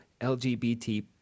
LGBT